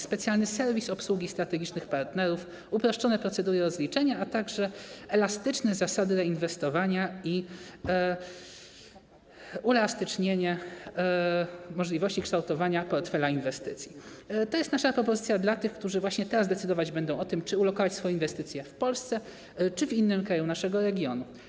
Specjalny serwis obsługi strategicznych partnerów, uproszczone procedury rozliczania, a także elastyczne zasady reinwestowania i uelastycznienie możliwości kształtowania portfela inwestycji - to nasza propozycja dla tych, którzy właśnie teraz będą decydować o tym, czy ulokować swoje inwestycje w Polsce, czy w innym kraju naszego regionu.